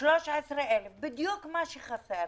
בדיוק מה שחסר.